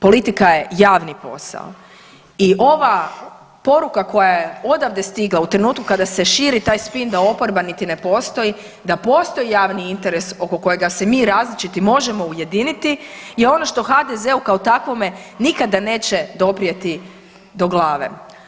Politika je javni posao i ova poruka koja je odavde stigla u trenutku kada se širi taj spin da oporba niti me postoji, da postoji javni interes oko kojega se mi različiti možemo ujediniti i ono što HDZ-u kao takvome nikada neće doprijeti do glave.